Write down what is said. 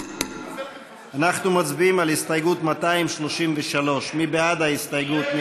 אנחנו מצביעים על הסתייגות 233. מי בעד ההסתייגות?